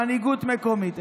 מנהיגות מקומית.